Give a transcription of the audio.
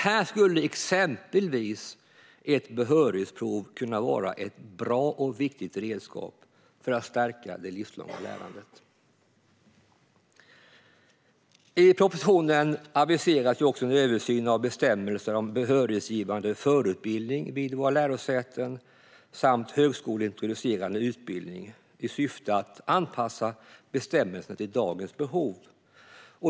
Här skulle exempelvis ett behörighetsprov kunna vara ett bra och viktigt redskap för att stärka det livslånga lärandet. I propositionen aviseras också en översyn av bestämmelserna om behörighetsgivande förutbildning vid våra lärosäten samt högskoleintroducerande utbildning i syfte att anpassa bestämmelserna till dagens behov.